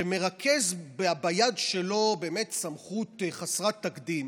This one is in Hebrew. שמרכז ביד שלו סמכות באמת חסרת תקדים,